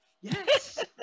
Yes